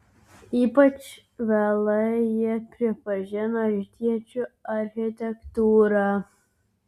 ypač vėlai jie pripažino rytiečių architektūrą